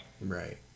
Right